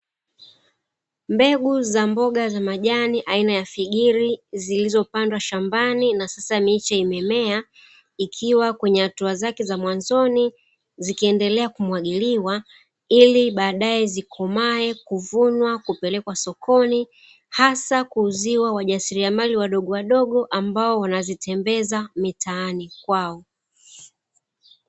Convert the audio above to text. Mbegu za mboga za majani aina ya figiri zilzopandwa shambani na sasa miche imemea, ikiwa kwenye hatua zake za mwanzoni, zikiendelea kumwagiliwa, ili baadaye zikomae, kuvunwa kupelekwa sokoni hasa kuuzia wajasiriamal wadogowadogo ambao wanazitembeza mitaani kwao.